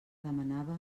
demanava